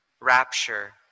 rapture